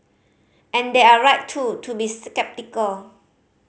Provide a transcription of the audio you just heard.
and they're right too to be sceptical